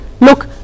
look